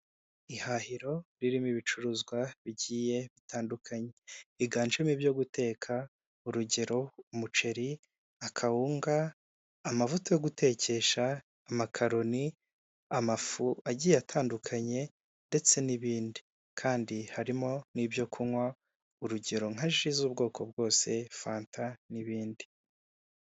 Ihahiro ririmo ibicuruzwa bigiye bitandukanye, higanjemo ibyo guteka urugero umuceri, akawunga, amavuta yo gutekesha, amakaroni, amafu agiye atandukanye ndetse n'ibindi, kandi harimo n'ibyo kunywa urugero nka ji z'ubwoko bwose, fanta n'ibindi.